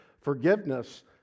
forgiveness